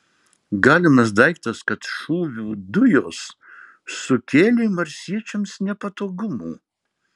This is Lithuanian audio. galimas daiktas kad šūvių dujos sukėlė marsiečiams nepatogumų